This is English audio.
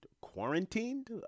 quarantined